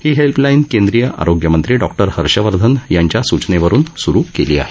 ही helpline केंद्रीय आरोग्यमंत्री doctor Harshvardhan यांच्या सूचनेवरुन सुरु केली आहे